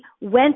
went